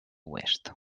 oest